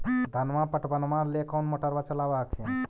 धनमा पटबनमा ले कौन मोटरबा चलाबा हखिन?